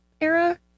era